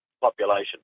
population